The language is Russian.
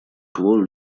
кво